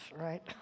right